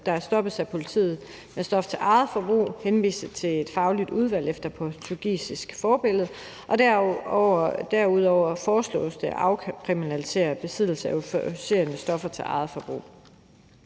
der stoppes af politiet med stof til eget forbrug, henvises til et fagligt udvalg efter portugisisk forbillede, og for det andet foreslås det at afkriminalisere besiddelse af euforiserende stoffer til eget forbrug.